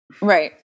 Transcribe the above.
right